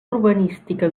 urbanística